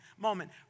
moment